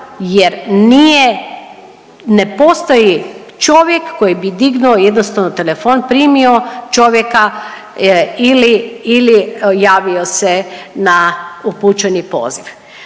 nije, ne postoji čovjek koji bi dignuo jednostavno telefon, primio čovjeka ili, ili javio se na upućeni poziv.